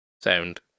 sound